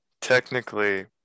technically